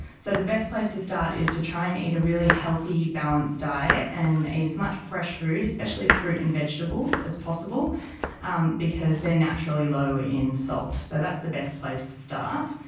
so the best place to start is to try and eat a really healthy, balanced diet and eat as much fresh food, especially fruit and vegetables, as possible um because they are naturally low in salt. so that's the best place to start.